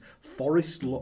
Forest